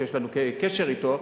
שיש לנו קשר אתו,